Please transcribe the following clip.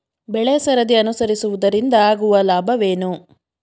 ಬೆಳೆಸರದಿ ಅನುಸರಿಸುವುದರಿಂದ ಆಗುವ ಲಾಭವೇನು?